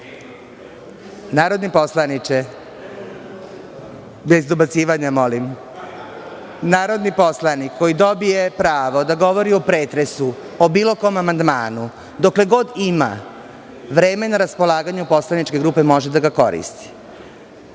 poslanik koji dobije pravo da govori o pretresu o bilo kom amandmanu, dokle god ima vreme na raspolaganju poslaničke grupe može da ga koristi.